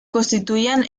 constituían